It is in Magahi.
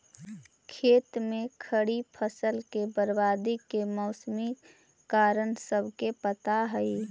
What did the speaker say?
खेत में खड़ी फसल के बर्बादी के मौसमी कारण सबके पता हइ